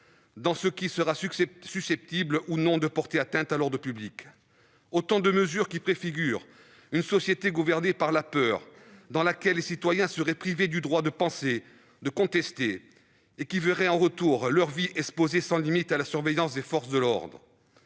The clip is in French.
ceux qui sont susceptibles de porter atteinte à l'ordre public. Toutes ces mesures préfigurent une société gouvernée par la peur, dans laquelle les citoyens seraient privés du droit de penser, de contester, et dont les vies seraient exposées sans limites à la surveillance des forces de l'ordre.